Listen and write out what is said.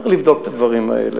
צריך לבדוק את הדברים האלה.